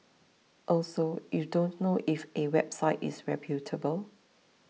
also you don't know if a website is reputable